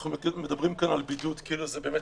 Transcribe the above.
אנחנו מדברים כאן על בידוד כאילו זה באמת